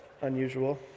unusual